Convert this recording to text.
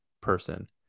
person